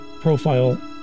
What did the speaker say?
profile